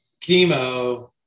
chemo